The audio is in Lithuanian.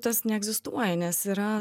tas neegzistuoja nes yra